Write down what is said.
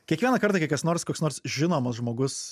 kiekvieną kartą kai kas nors koks nors žinomas žmogus